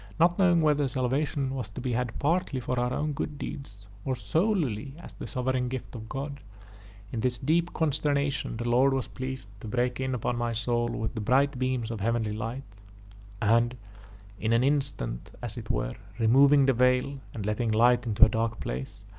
not knowing whether salvation was to be had partly for our own good deeds, or solely as the sovereign gift of god in this deep consternation the lord was pleased to break in upon my soul with his bright beams of heavenly light and in an instant as it were, removing the veil, and letting light into a dark place,